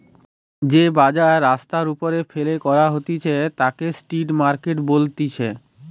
যে বাজার রাস্তার ওপরে ফেলে করা হতিছে তাকে স্ট্রিট মার্কেট বলতিছে